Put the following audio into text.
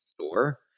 store